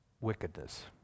wickedness